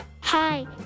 Hi